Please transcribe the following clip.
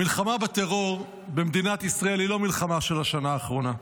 המלחמה בטרור במדינת ישראל היא לא מלחמה של השנה האחרונה,